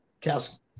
cast